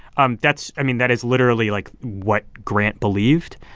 um that's i mean, that is literally, like, what grant believed.